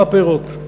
מה הפירות?